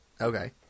Okay